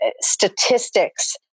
statistics